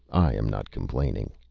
i am not complaining.